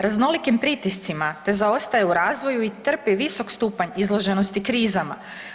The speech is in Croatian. raznolikim pritiscima te zaostaje u razvoju i trpi visok stupanj izloženosti krizama.